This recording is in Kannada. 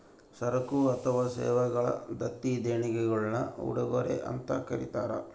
ಸರಕು ಅಥವಾ ಸೇವೆಗಳ ದತ್ತಿ ದೇಣಿಗೆಗುಳ್ನ ಉಡುಗೊರೆ ಅಂತ ಕರೀತಾರ